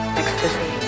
ecstasy